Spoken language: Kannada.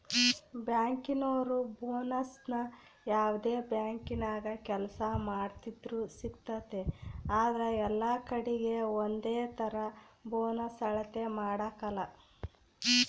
ಬ್ಯಾಂಕಿನೋರು ಬೋನಸ್ನ ಯಾವ್ದೇ ಬ್ಯಾಂಕಿನಾಗ ಕೆಲ್ಸ ಮಾಡ್ತಿದ್ರೂ ಸಿಗ್ತತೆ ಆದ್ರ ಎಲ್ಲಕಡೀಗೆ ಒಂದೇತರ ಬೋನಸ್ ಅಳತೆ ಮಾಡಕಲ